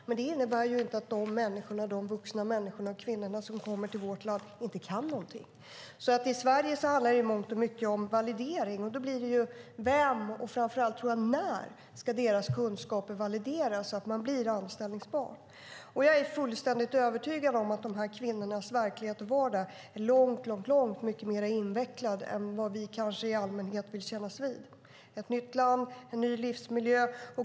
Men det innebär inte att de vuxna människor och kvinnor som kommer till vårt land inte kan någonting. I Sverige handlar det i mångt och mycket om validering. Då handlar det mycket om av vem och framför allt när deras kunskaper ska valideras så att de blir anställningsbara. Jag är fullständigt övertygad om att dessa kvinnors verklighet och vardag är långt, långt mycket mer invecklad än vad vi i allmänhet vill kännas vid. Det handlar om ett nytt land och en ny livsmiljö.